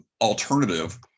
alternative